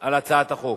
על הצעת החוק.